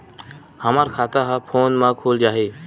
हमर खाता ह फोन मा खुल जाही?